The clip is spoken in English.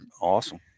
awesome